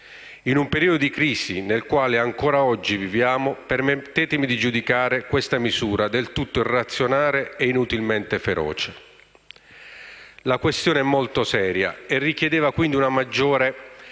In un periodo di crisi, nel quale ancora oggi viviamo, permettetemi di giudicare questa misura del tutto irrazionale e inutilmente feroce. La questione è molto seria e richiedeva, quindi, una maggiore